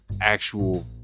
actual